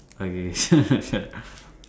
okay